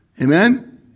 Amen